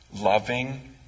loving